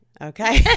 Okay